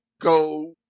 go